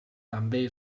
també